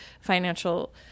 financial